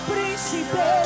Príncipe